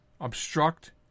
obstruct